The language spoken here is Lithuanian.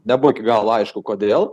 nebuvo iki galo aišku kodėl